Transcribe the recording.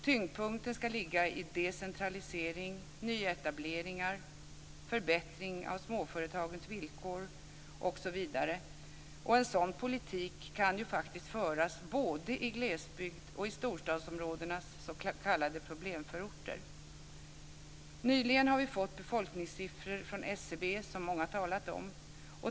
Tyngdpunkten ska ligga i decentralisering, nyetableringar, förbättring av småföretagens villkor osv. Och en sådan politik kan föras både i glesbygd och i storstadsområdenas s.k. problemförorter. Nyligen har vi fått befolkningssiffror från SCB, som många talat om.